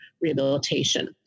rehabilitation